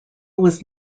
was